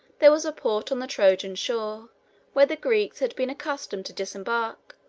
there was a port on the trojan shore where the greeks had been accustomed to disembark,